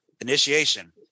initiation